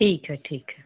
ठीक है ठीक है